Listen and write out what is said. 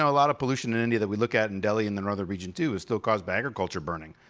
a lot of pollution in india that we look at in delhi and the northern region too is still caused by agriculture burning.